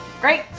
Great